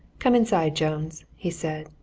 come inside, jones, he said.